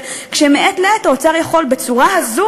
הוא לא נכלל בתקציב המדינה?